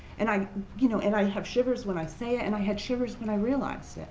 and i you know and i have shivers when i say it, and i had shivers when i realized that.